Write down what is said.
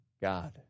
God